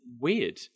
weird